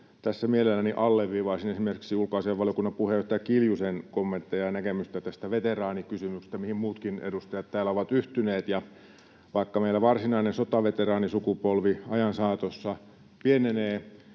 Tässä mielelläni alleviivaisin esimerkiksi ulkoasiainvaliokunnan puheenjohtaja Kiljusen kommentteja ja näkemystä tästä veteraanikysymyksestä, mihin muutkin edustajat täällä ovat yhtyneet. Vaikka meillä varsinainen sotaveteraanisukupolvi ajan saatossa pienenee,